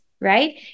right